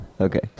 Okay